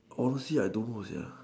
honestly I don't know sia